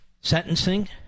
sentencing